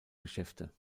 geschäfte